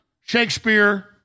Shakespeare